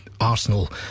Arsenal